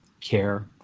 care